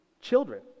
children